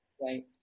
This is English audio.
Right